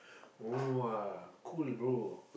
!wah! cool bro